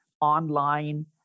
online